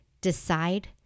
decide